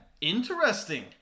Interesting